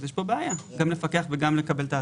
יש כאן בעיה, גם לפקח וגם לקבל את ההטבות.